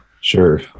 Sure